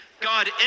God